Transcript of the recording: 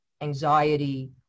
anxiety